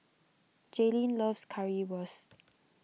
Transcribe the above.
Jalynn loves Currywurst